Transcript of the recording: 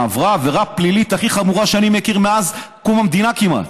נעברה עברה פלילית הכי חמורה שאני מכיר מאז קום המדינה כמעט.